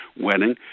wedding